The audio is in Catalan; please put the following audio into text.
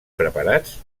preparats